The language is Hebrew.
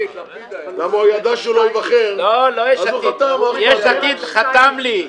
למה הוא ידע שלא ייבחר --- יש עתיד חתם לי.